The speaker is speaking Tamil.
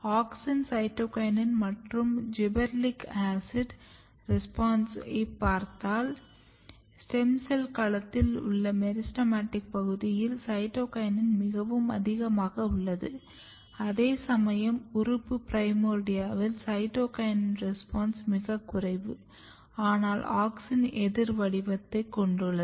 ஆக்ஸின் சைட்டோகினின் மற்றும் ஜிபெர்லிக் ஆசிட் ரெஸ்பான்ஸ்ஸைப் பார்த்தால் ஸ்டெம் செல் களத்தில் உள்ள மெரிஸ்டெமடிக் பகுதியில் சைட்டோகினின் மிகவும் அதிகமாக உள்ளது அதேசமயம் உறுப்பு பிரைமோர்டியாவில் சைட்டோகினின் ரெஸ்பான்ஸ் மிகக் குறைவு ஆனால் ஆக்ஸின் எதிர் வடிவத்தைக் கொண்டுள்ளது